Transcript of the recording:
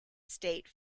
state